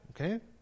Okay